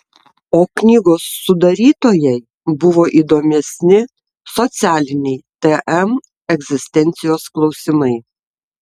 o knygos sudarytojai buvo įdomesni socialiniai tm egzistencijos klausimai